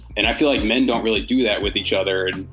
and i feel like men don't really do that with each other.